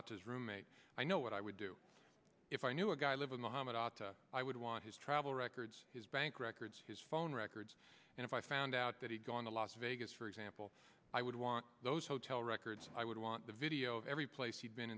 outas roommate i know what i would do if i knew a guy live in the hammock i would want his travel records his bank records his phone records and if i found out that he'd gone to las vegas for example i would want those hotel records i would want the video of every place he'd been